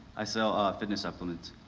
i sell ah fitness supplements.